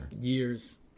Years